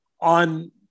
on